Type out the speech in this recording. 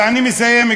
ואני מסיים,